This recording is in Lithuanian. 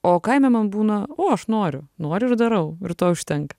o kaime man būna o aš noriu noriu ir darau ir to užtenka